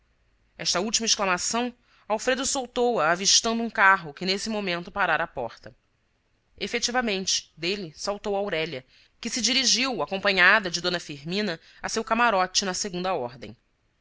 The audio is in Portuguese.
esta última exclamação alfredo soltou a avistando um carro que nesse momento parara à porta efetivamente dele saltou aurélia que se dirigiu acompanhada de d firmina a seu camarote na segunda ordem